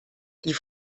die